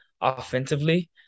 offensively